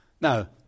Now